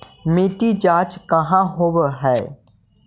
मिट्टी जाँच कहाँ होव है?